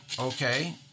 Okay